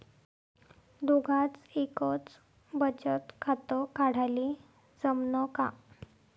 दोघाच एकच बचत खातं काढाले जमनं का?